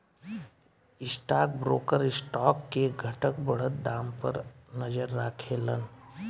stock broker stock के घटत बढ़त दाम पर नजर राखेलन